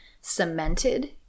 cemented